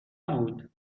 بود